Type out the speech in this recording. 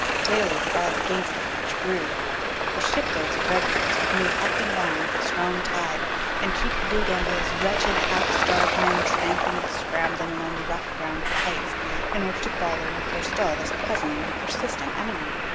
daily the odds against the french grew for shiploads of redcoats would move up and down with the strong tide and keep bougainville's wretched, half-starved men tramping and scrambling along the rough ground of the heights in order to follow and forestall this puzzling and persistent enemy.